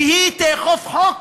שהיא תאכוף חוק